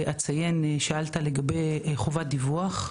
שאלת לגבי חובת דיווח,